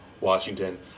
Washington